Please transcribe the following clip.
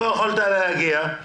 לא יכולת להגיע.